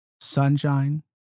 sunshine